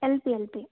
L P L P